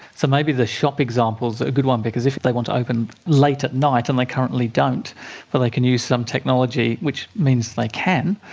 so maybe the shop example is a good one because if if they want to open late at night and they currently don't, but they can use some technology which means they like can,